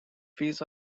fees